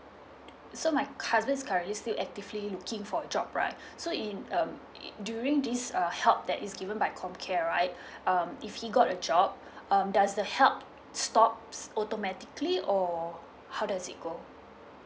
so my husband currently still actively looking for a job right so in um during this uh help that is given by comcare right um if he got a job um does the help stop automatically or how does it go